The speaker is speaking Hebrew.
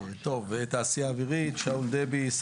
טוב, שאול דבי מתעשייה אווירית.